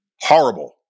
horrible